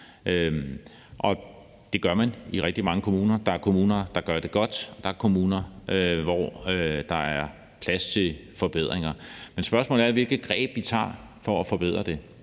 Det gør man i rigtig mange kommuner. Der er kommuner, der gør det godt, og der er kommuner, hvor der er plads til forbedring. Men spørgsmålet er, hvilke greb vi tager for at forbedre det.